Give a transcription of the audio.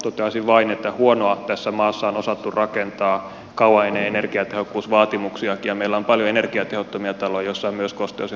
toteaisin vain että huonoa tässä maassa on osattu rakentaa kauan ennen energiatehokkuusvaatimuksiakin ja meillä on paljon energiatehottomia taloja joissa on myös kosteus ja homevaurioita